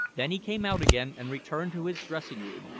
then he came out again and returned to his dressing-room,